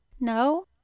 no